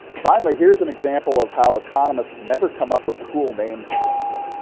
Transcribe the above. finally, here's an example of how economists never come up with cool names for anything.